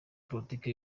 politiki